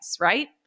right